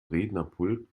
rednerpult